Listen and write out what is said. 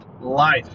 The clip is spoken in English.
Life